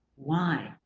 why?